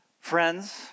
Friends